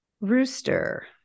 Rooster